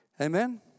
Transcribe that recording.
amen